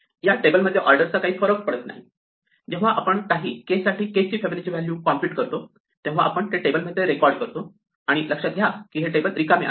या टेबल मध्ये ऑर्डर चा काही फरक पडत नाही जेव्हा आपण काही k साठी k ची फिबोनाची व्हॅल्यू कॉम्पुट करतो तेव्हा आपण ते टेबल मध्ये रेकॉर्ड करतो आणि लक्षात घ्या की हे टेबल रिकामे आहे